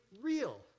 real